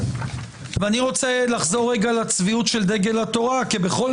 אני רוצה לחזור לצביעות של דגל התורה כי בכל